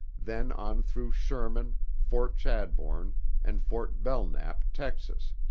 then on through sherman, fort chadbourne and fort belknap, texas,